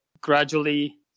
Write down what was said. gradually